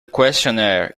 questionnaire